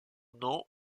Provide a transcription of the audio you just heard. nom